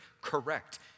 Correct